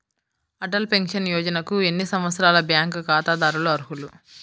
Atal pension యోజనకు ఎన్ని సంవత్సరాల బ్యాంక్ ఖాతాదారులు అర్హులు?